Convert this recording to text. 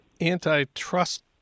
antitrust